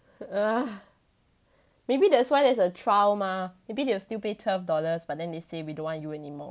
maybe that's why there's a trial mah maybe they will still pay twelve dollars but then they say we don't want you anymore